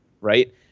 right